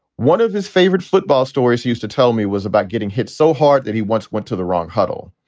one of his favorite football stories used to tell me was about getting hit so hard that he once went to the wrong huddle.